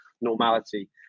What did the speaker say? normality